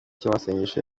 cy’amasengesho